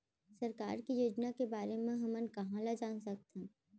सरकार के योजना के बारे म हमन कहाँ ल जान सकथन?